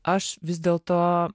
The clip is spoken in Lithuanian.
aš vis dėlto